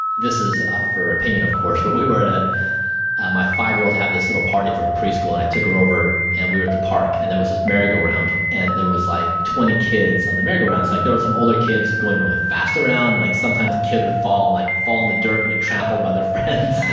this is up for opinion of course, but we were at ah ah my five year-old had this little party for her preschool and i took her over and we were at the park and there was this merry go round, and there was like twenty kids on the merry go round. like there were some older kids going really fast around and like sometimes a kid would fall like fall in the dirt and get trampled by their friends.